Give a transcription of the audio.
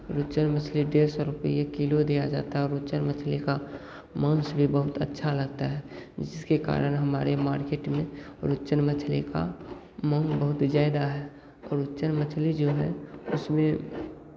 रुच्चन मछली डेढ़ सौ रुपये किलो दिया जाता है और रुच्चन मछली का मांस भी बहुत अच्छा लगता है जिसके कारण हमारे मार्किट में रुच्चन मछली का मोल बहुत ज्यादा है और रुच्चन मछली जो है उसमें